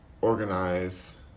organize